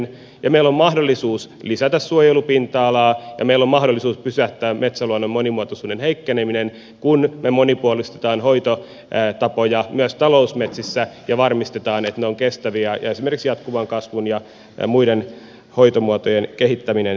meillä on mahdollisuus lisätä suojelupinta alaa ja pysäyttää metsäluonnon monimuotoisuuden heikkeneminen kun me monipuolistamme hoitotapoja myös talousmetsissä ja varmistamme että ne ovat kestäviä ja esimerkiksi jatkuvan kasvun ja muiden hoitomuotojen kehittäminen yleistyy